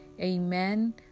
amen